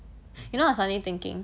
you know I was suddenly thinking